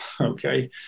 okay